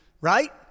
right